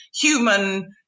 human